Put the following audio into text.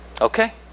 Okay